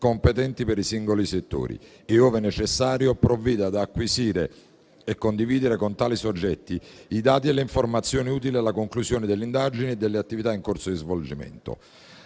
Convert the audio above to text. competenti per i singoli settori e, ove necessario, provvede ad acquisire e condividere con tali soggetti i dati e le informazioni utili alla conclusione delle indagini e delle attività in corso di svolgimento.